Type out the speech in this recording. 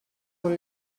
when